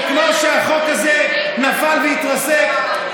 וכמו שהחוק הזה נפל והתרסק,